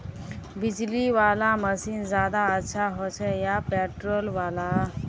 बिजली वाला मशीन ज्यादा अच्छा होचे या पेट्रोल वाला?